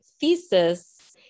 thesis